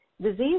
Disease